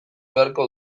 beharko